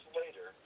later